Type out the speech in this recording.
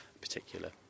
particular